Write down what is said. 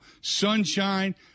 Sunshine